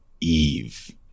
Eve